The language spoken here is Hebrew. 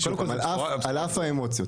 על אף האמוציות,